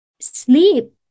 sleep